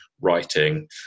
writing